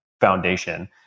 foundation